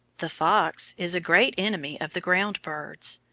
the fox is a great enemy of the ground birds.